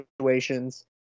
situations